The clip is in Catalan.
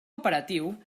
operatiu